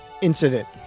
incident